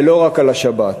ולא רק על השבת.